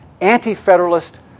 Anti-Federalist